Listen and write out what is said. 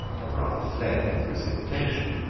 or rather fled, with precipitation,